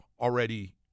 already